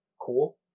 Cool